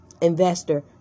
investor